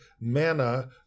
manna